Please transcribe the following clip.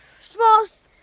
Smalls